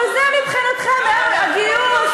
אבל זה מבחינתכם ערך הגיוס.